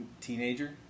teenager